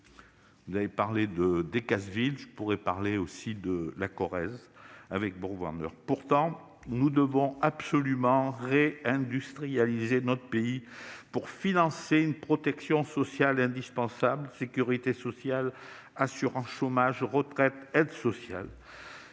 a été cité, je pourrai également parler de la Corrèze et de BorgWarner. Pourtant nous devons absolument réindustrialiser notre pays pour financer une protection sociale indispensable : sécurité sociale, assurance chômage, retraites, aides sociales,